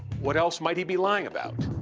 what else might he be lying about?